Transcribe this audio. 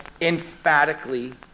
emphatically